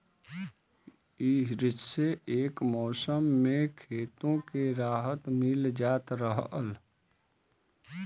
इह्से एक मउसम मे खेतो के राहत मिल जात रहल